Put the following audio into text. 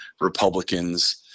Republicans